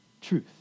truth